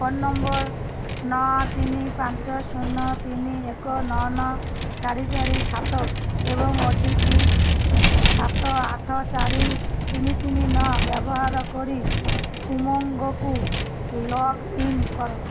phone number ନଅ ତିନି ପାଞ୍ଚ ଶୂନ ତିନି ଏକ ନଅ ନଅ ଚାରି ଚାରି ସାତ ଏବଂ ଓ ଟି ପି ସାତ ଆଠ ଚାରି ତିନି ତିନି ନଅ ବ୍ୟବହାର କରି ଉମଙ୍ଗକୁ ଲଗ୍ଇନ କର